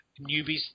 newbies